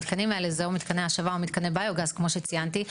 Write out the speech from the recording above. מתקני השבה או ביו-גז כמו שציינתי,